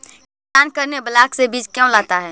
किसान करने ब्लाक से बीज क्यों लाता है?